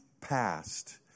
past